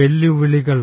വെല്ലുവിളികൾ